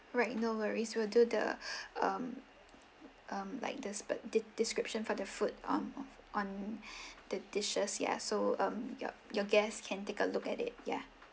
right no worries we'll do the um um like this but the description for the food um of on the dishes yeah so um your your guests can take a look at it yeah